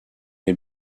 les